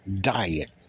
diet